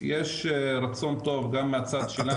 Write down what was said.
יש רצון טוב גם מהצד שלנו --- אתה